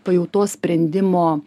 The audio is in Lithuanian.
pajautos sprendimo